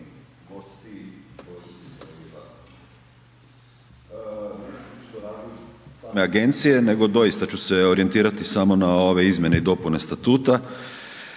hvala.